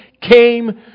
came